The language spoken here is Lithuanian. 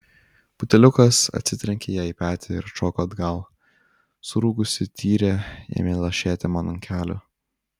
buteliukas atsitrenkė jai į petį ir atšoko atgal surūgusi tyrė ėmė lašėti man ant kelių